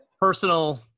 personal